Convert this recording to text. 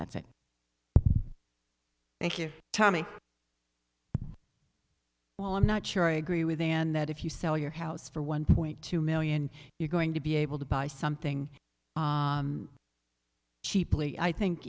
that's it thank you tommy well i'm not sure i agree with dan that if you sell your house for one point two million you're going to be able to buy something cheaply i think